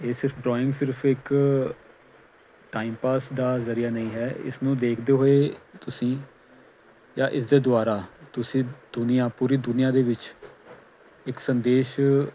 ਇਹ ਸਿਰਫ ਡਰਾਇੰਗ ਸਿਰਫ ਇੱਕ ਟਾਈਮ ਪਾਸ ਦਾ ਜਰੀਆ ਨਹੀਂ ਹੈ ਇਸ ਨੂੰ ਦੇਖਦੇ ਹੋਏ ਤੁਸੀਂ ਜਾਂ ਇਸ ਦੇ ਦੁਆਰਾ ਤੁਸੀਂ ਦੁਨੀਆਂ ਪੂਰੀ ਦੁਨੀਆਂ ਦੇ ਵਿੱਚ ਇੱਕ ਸੰਦੇਸ਼